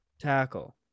tackle